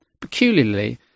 peculiarly